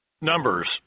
Numbers